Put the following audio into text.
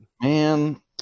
man